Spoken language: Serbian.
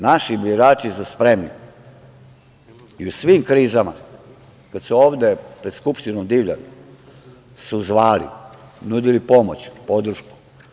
Naši birači su spremni i u svim krizama, kada su ovde pred Skupštinom divljali, zvali su, nudili pomoć, podršku.